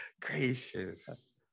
gracious